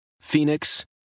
Phoenix